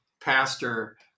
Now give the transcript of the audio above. pastor